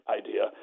idea